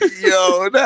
yo